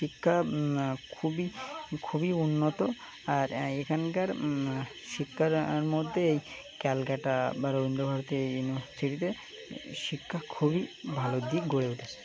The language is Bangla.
শিক্ষা খুবই খুবই উন্নত আর এখানকার শিক্ষার মধ্যে এই ক্যালকাটা বা রবীন্দ্রভারতী ইউনিভার্সিটিতে শিক্ষা খুবই ভালো দিক গড়ে উঠেছে